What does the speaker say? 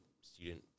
student